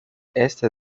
este